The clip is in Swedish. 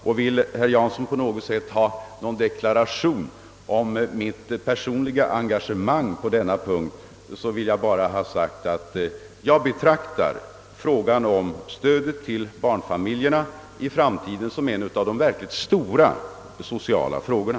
Om herr Jansson på något sätt vill ha en deklaration om mitt personliga engagemang på denna punkt, vill jag säga att jag betraktar det framtida stödet till barnfamiljerna som en av de verkligt stora sociala frågorna.